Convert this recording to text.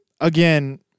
again